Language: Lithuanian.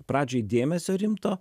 pradžioj dėmesio rimto